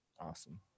Awesome